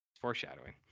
Foreshadowing